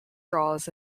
draws